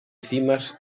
cimas